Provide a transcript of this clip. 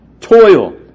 toil